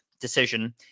decision